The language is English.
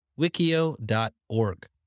wikio.org